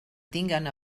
tinguen